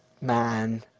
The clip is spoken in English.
Man